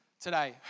today